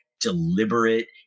deliberate